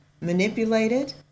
manipulated